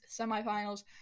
Semifinals